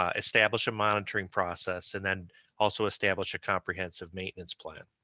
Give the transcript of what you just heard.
ah establish a monitoring process, and then also establish a comprehensive maintenance plan.